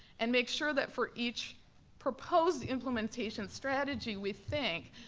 and make sure that for each proposed implementation strategy we think,